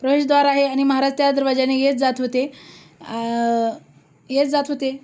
प्रवेशद्वार आहे आणि महाराज दरवाजाने येत जात होते येत जात होते